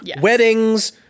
Weddings